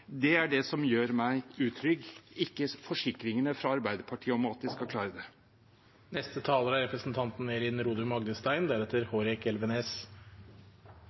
er det som gjør meg utrygg, ikke forsikringene fra Arbeiderpartiet om at de skal klare